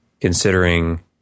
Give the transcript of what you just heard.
considering